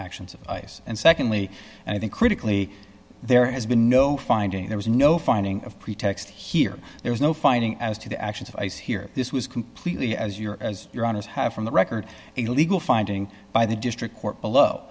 actions of ice and secondly and i think critically there has been no finding there was no finding of pretext here there was no finding as to the actions of ice here this was completely as your as your honour's have from the record illegal finding by the district court below